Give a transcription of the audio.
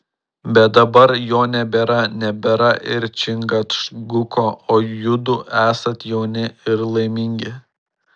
bet dabar jo nebėra nebėra ir čingačguko o judu esat jauni ir laimingi